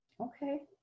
Okay